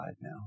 now